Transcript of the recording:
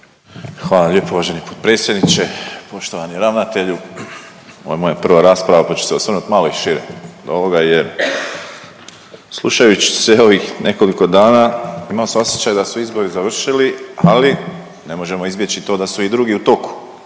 Hvala lijepo uvaženi potpredsjedniče. Poštovani ravnatelju. Ovo je moja prva rasprava pa ću se osvrnut i malo šire od ovoga jer slušajući sve ovih nekoliko dana imao sam osjećaj da su izbori završili, ali ne možemo izbjeći to da su i drugi u toku.